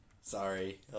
Sorry